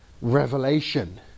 revelation